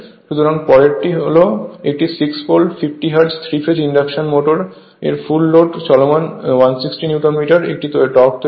সুতরাংপরেরটি হল একটি 6 pole 50 hertz 3 phase induction motor full লোডে চলমান l60 নিউটন মিটারের একটি টর্ক তৈরি করে